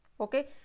okay